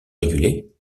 régulé